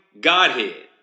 Godhead